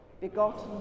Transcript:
begotten